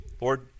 Lord